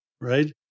right